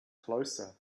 closer